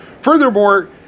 Furthermore